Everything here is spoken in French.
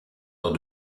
dans